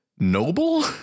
Noble